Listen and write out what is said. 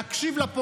אל תקשיבו להם.